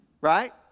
Right